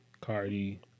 Cardi